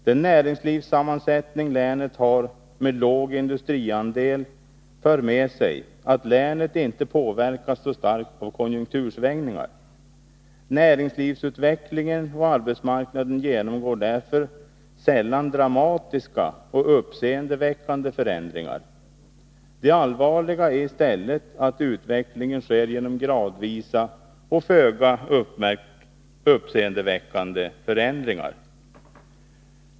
Den näringslivssammansättning länet har, med låg industriandel, för med sig att länet inte påverkas så starkt av konjunktursvängningar. Näringslivsutvecklingen och arbetsmarknaden genomgår därför sällan dramatiska och uppseendeväckande förändringar. Det allvarliga är i stället att utvecklingen sker genom gradvisa och föga uppseendeväckande förändringar.